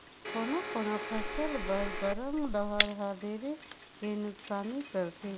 कोनो कोनो फसल बर गरम लहर हर ढेरे के नुकसानी करथे